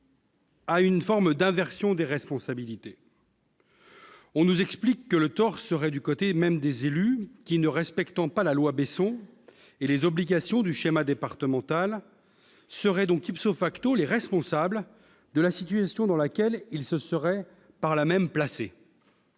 à une forme d'inversion des responsabilités. On nous explique que les torts seraient du côté des élus qui, ne respectant pas la loi Besson et les obligations du schéma départemental, seraient les responsables d'une situation dans laquelle ils se seraient eux-mêmes placés.